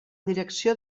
direcció